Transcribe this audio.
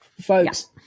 Folks